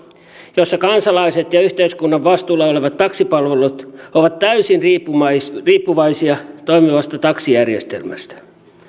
jossa kansalaiset ja yhteiskunnan vastuulla olevat taksipalvelut ovat täysin riippuvaisia riippuvaisia toimivasta taksijärjestelmästä